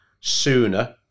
sooner